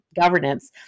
governance